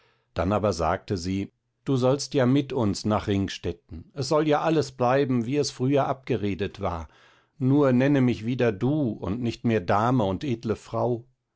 dann aber sagte sie du sollst ja mit uns nach ringstetten es soll ja alles bleiben wie es früher abgeredet war nur nenne mich wieder du und nicht mehr dame und edle frau